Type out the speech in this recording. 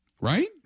Right